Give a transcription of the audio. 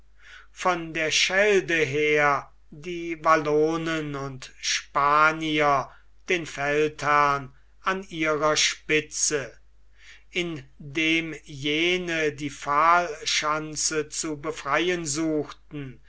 von der schelde her die wallonen und spanier den feldherrn an ihrer spitze indem jene die pfahl schanze zu befreien suchten